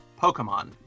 Pokemon